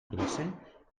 classe